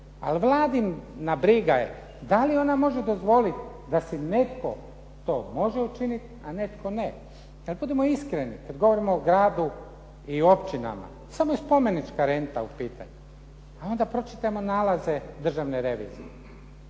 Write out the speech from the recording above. Ali Vladina briga je da li ona može dozvoliti da se netko to može učiniti, a netko ne. Budimo iskreni kada govorimo o gradu i općinama, samo spomenička renta u pitanju, a onda pročitajmo nalaze Državne revizije.